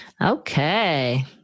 Okay